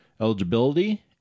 Eligibility